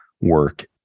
work